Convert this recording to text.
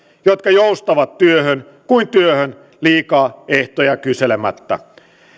jotka joustavat työhön kuin työhön liikaa ehtoja kyselemättä